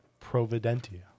Providentia